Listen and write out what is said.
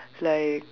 like